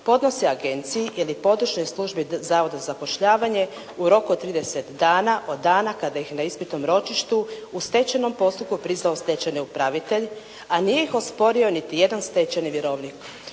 podnosi agenciji ili područnoj službi Zavoda za zapošljavanje u roku od 30 dana od dana kada ih na ispitnom ročištu u stečajnom postupku prizvao stečajni upravitelj, a nije ih osporio niti jedan stečajni vjerovnik,